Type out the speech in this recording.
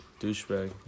Douchebag